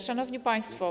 Szanowni Państwo!